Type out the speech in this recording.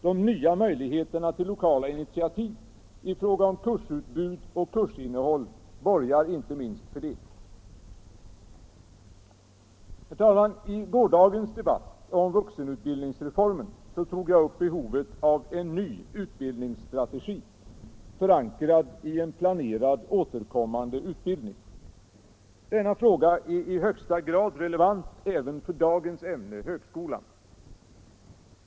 De nya möjligheterna till lokala initiativ i fråga om kursutbud och kursinnehåll borgar inte minst för detta. Herr talman! I gårdagens debatt om vuxenutbildningsreformen tog jag upp behovet av en ny utbildningsstrategi förankrad i en planerad återkommande utbildning. Denna fråga är i högsta grad relevant även för dagens ämne: högskolan.